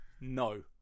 no